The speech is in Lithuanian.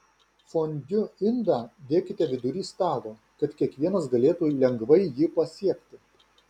fondiu indą dėkite vidury stalo kad kiekvienas galėtų lengvai jį pasiekti